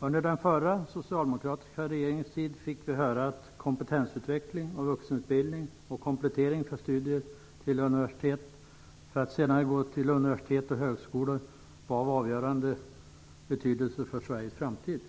Under den förra socialdemokratiska regeringens tid fick vi höra att kompetensutveckling, vuxenutbildning och komplettering av studier för att senare kunna gå till universitet och högskolor var av avgörande betydelse för Sveriges framtid.